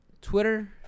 Twitter